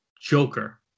Joker